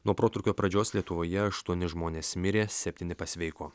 nuo protrūkio pradžios lietuvoje aštuoni žmonės mirė septyni pasveiko